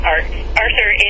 Arthur